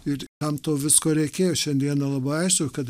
ir kam to visko reikėjo šiandieną labai aišku kad